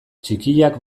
txikiak